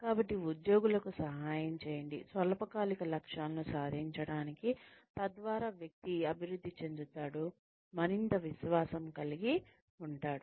కాబట్టి ఉద్యోగులకు సహాయం చేయండి స్వల్పకాలిక లక్ష్యాలను సాధించడానికి తద్వారా వ్యక్తి అభివృద్ధి చెందుతాడు మరింత విశ్వాసం కలిగి ఉంటాడు